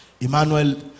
Emmanuel